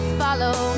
follow